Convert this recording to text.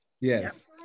Yes